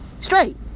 Straight